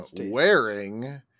wearing